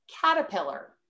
Caterpillar